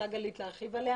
גלית, את רוצה להרחיב עליה?